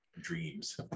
dreams